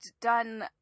done